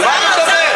על מה אתה מדבר?